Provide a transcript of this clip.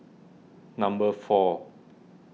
number four